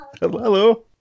hello